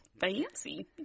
Fancy